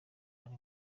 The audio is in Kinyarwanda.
ari